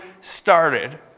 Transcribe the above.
started